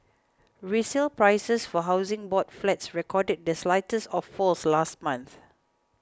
resale prices for Housing Board flats recorded this slightest of falls last month